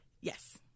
Yes